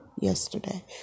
yesterday